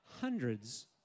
hundreds